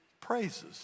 praises